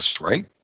right